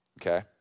Okay